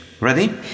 Ready